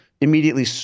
immediately